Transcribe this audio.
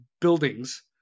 buildings